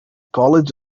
college